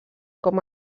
com